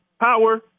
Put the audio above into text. Power